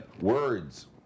words